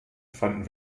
fanden